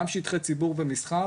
גם שטחי ציבור ומסחר